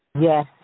Yes